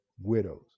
widows